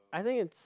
I think it's